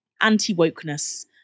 anti-wokeness